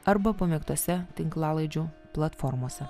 arba pamėgtose tinklalaidžių platformose